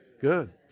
good